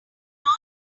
not